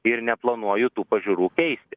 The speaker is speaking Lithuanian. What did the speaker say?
ir neplanuoju tų pažiūrų keisti